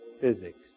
physics